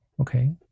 Okay